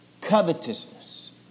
covetousness